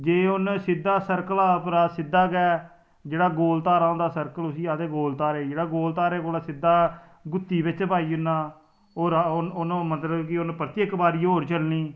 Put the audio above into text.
जे उंहे सिद्धा सर्कल उपरा सिद्धा गै जेहडा़ गोल धारा जेहडा़ होंदा सर्कल उसी आक्खदे गोल धारा गोल धारे कोला सिद्धा गुत्ती बिच पाई ओड़ना उनें ओह् परतियै इक बारी होर चलनी